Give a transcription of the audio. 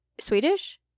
Swedish